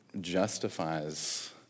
justifies